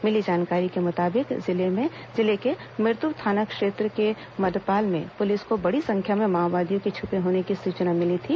मिली जानकारी के मुताबिक जिले के मिरतुर थाना क्षेत्र के मधपाल में पुलिस को बड़ी संख्या में माओवादियों के छिपे होने की सूचना मिली थी